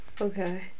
Okay